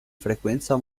frequenza